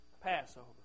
Passover